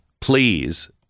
please